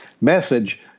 message